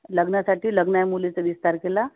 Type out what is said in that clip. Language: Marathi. लग्नासाठी लग्न आहे मुलीचं वीस तारखेला